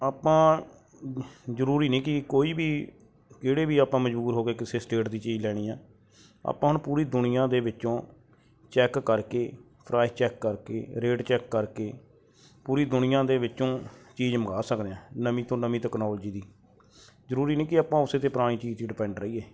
ਆਪਾਂ ਜ਼ਰੂਰੀ ਨਹੀਂ ਕਿ ਕੋਈ ਵੀ ਜਿਹੜੇ ਵੀ ਆਪਾਂ ਮਜ਼ਬੂਰ ਹੋ ਕੇ ਕਿਸੇ ਸਟੇਟ ਦੀ ਚੀਜ਼ ਲੈਣੀ ਆ ਆਪਾਂ ਹੁਣ ਪੂਰੀ ਦੁਨੀਆ ਦੇ ਵਿੱਚੋਂ ਚੈੱਕ ਕਰਕੇ ਫਰਾਈ ਚੈੱਕ ਕਰਕੇ ਰੇਟ ਚੈੱਕ ਕਰਕੇ ਪੂਰੀ ਦੁਨੀਆ ਦੇ ਵਿੱਚੋਂ ਚੀਜ਼ ਮੰਗਵਾ ਸਕਦੇ ਹਾਂ ਨਵੀਂ ਤੋਂ ਨਵੀਂ ਤਕਨਾਲੋਜੀ ਦੀ ਜ਼ਰੂਰੀ ਨਹੀਂ ਕਿ ਆਪਾਂ ਉਸ 'ਤੇ ਪਰਾਣੀ ਚੀਜ਼ 'ਤੇ ਹੀ ਡਿਪੈਂਡ ਰਹੀਏ